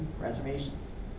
reservations